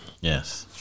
Yes